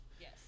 Yes